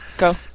Go